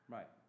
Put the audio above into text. Right